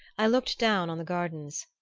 i looked down on the gardens.